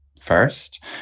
First